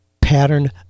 pattern